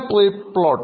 free float